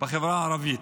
בחברה הערבית.